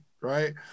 right